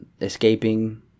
escaping